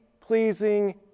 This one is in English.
pleasing